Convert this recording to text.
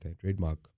trademark